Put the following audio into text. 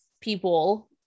people